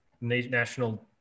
national